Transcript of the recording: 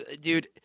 dude